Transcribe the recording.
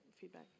feedback